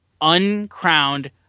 uncrowned